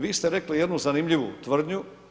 Vi ste rekli jednu zanimljivu tvrdnju.